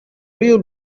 real